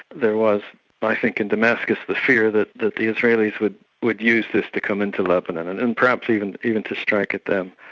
there was i think in damascus the fear that the the israelis would would use this to come into lebanon, and and perhaps even even to strike at them.